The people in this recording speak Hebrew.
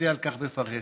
להתבטא על כך בפרהסיה,